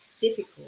difficult